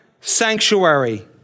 sanctuary